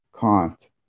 Kant